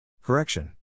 Correction